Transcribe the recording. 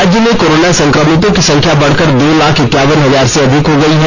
राज्य में कोरोना संक्रमितों की सख्या बढ़कर दो लाख इक्यावन हजार से अधिक हो गयी है